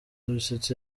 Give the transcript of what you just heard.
bisetsa